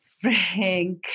Frank